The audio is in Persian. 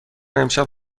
امشب